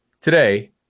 Today